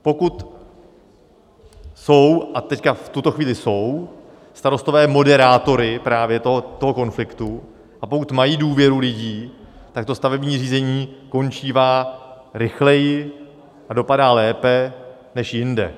Pokud jsou a v tuto chvíli jsou starostové moderátory právě toho konfliktu a pokud mají důvěru lidí, tak to stavební řízení končívá rychleji a dopadá lépe než jinde.